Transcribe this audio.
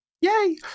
Yay